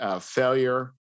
failure